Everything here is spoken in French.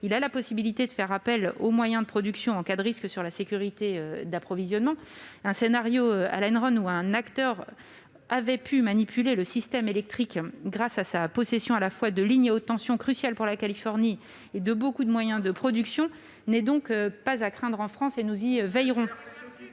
sur ce réseau et peut faire appel aux moyens de production en cas de risque pour la sécurité d'approvisionnement. Un scénario à la Enron, dans lequel un acteur avait pu manipuler le système électrique grâce à la possession de lignes à haute tension cruciales pour la Californie et de nombreux moyens de production, n'est donc pas à craindre en France, et nous y veillerons.